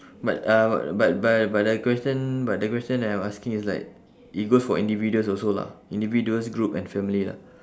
but uh but but but the question but the question that I'm is asking is like it goes for individuals also lah individuals group and family lah